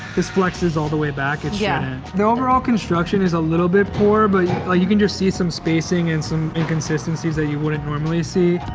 this flexes all the way back. it shouldn't. yeah the overall construction is a little bit poor, but you can just see some spacing and some inconsistencies that you wouldn't normally see.